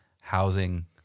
housing